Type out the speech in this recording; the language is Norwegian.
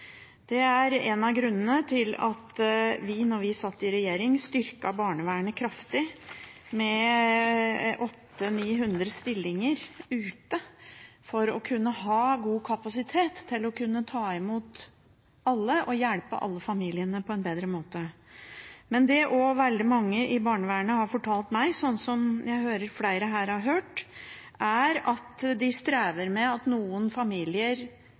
Det er en av grunnene til at vi, da vi satt i regjering, styrket barnevernet kraftig, med 800–900 stillinger ute, for å kunne ha kapasitet til å ta imot alle og hjelpe alle familiene på en bedre måte. Men det også veldig mange i barnevernet har fortalt meg, som jeg hører flere her også har hørt, er at de strever med at noen familier